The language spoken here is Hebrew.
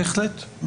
בהחלט.